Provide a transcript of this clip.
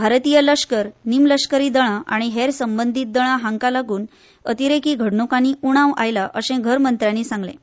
भारतीय लश्कर निमलश्करी दळ आनी हेर संबंदीत दळां हांकां लागून अतिरेकी घडणुकांनी उणाव आयला अशें घरमंत्र्यानी सांगलें